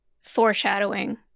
foreshadowing